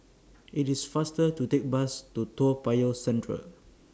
IT IS faster to Take Bus to Toa Payoh Central